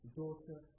daughter